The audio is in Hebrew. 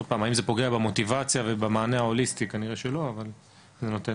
האם זה פוגע במוטיבציה ובמענה ההוליסטי כנראה שלא אבל זה נותן מענה.